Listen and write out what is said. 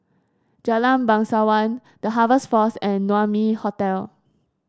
Jalan Bangsawan The Harvest Force and Naumi Hotel